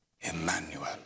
Emmanuel